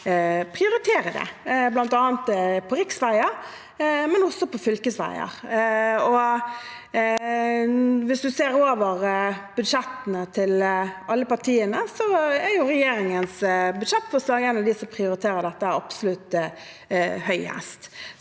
prioritere det, bl.a. på riksveier, men også på fylkesveier. Hvis man ser over budsjettene til alle partiene, er regjeringens budsjettforslag et av dem som prioriterer dette absolutt høyest.